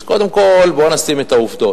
אז קודם כול, בואו נשים את העובדות.